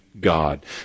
God